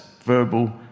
verbal